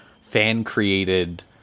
fan-created